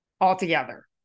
altogether